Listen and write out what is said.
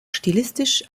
stilistisch